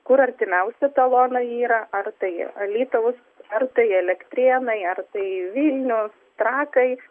kur artimiausi talonai yra ar tai alytaus ar tai elektrėnai ar tai vilnius trakai